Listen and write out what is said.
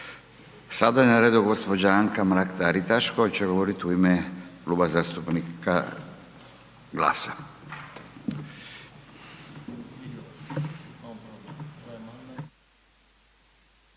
Sada je na redu gđa. Anka Mrak-Taritaš koja će govorit u ime Kluba zastupnika GLAS-a.